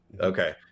Okay